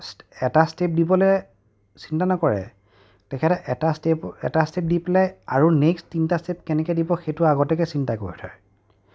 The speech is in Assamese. ষ্টে এটা ষ্টেপ দিবলৈ চিন্তা নকৰে তেখেতে এটা ষ্টেপ এটা ষ্টেপ দি পেলাই আৰু নেক্সট তিনিটা ষ্টেপ কেনেকৈ দিব সেইটো আগতীয়াকৈ চিন্তা কৰি থয়